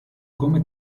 come